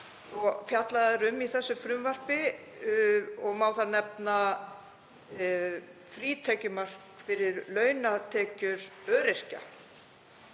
er fjallað um þau í þessu frumvarpi. Má þar nefna frítekjumark fyrir launatekjur öryrkja.